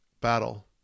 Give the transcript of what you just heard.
battle